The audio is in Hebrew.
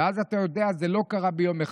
ואז: אתה יודע שזה לא קרה ביום אחד.